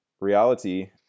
reality